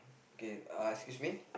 okay uh excuse me